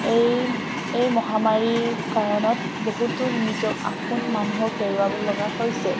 এই এই মহামাৰীৰ কাৰণত বহুতো নিজৰ আপোন মানুহক হেৰুৱাব লগা হৈছে